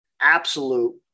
absolute